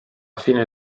fine